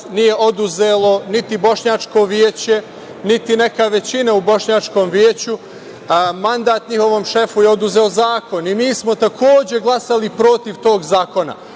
nije oduzelo niti Bošnjačko veće, niti neka većina u bošnjačkom veću, mandat njihovom šefu je oduzeo zakon. Mi smo takođe glasali protiv tog zakon.